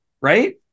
right